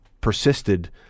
persisted